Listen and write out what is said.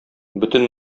бөтен